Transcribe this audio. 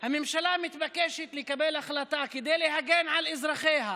הממשלה מתבקשת לקבל החלטה כדי להגן על אזרחיה,